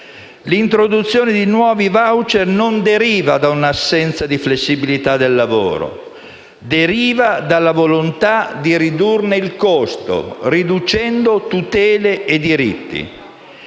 L'introduzione di nuovi *voucher* non deriva da una assenza di flessibilità del lavoro, ma dalla volontà di ridurne il costo riducendo tutele e diritti.